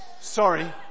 sorry